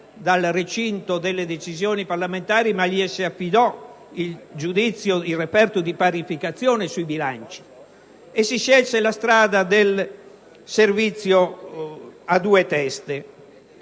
dal recinto delle decisioni parlamentari, ma le si affidò il referto di parificazione sui bilanci e si scelse la strada del Servizio «a due teste».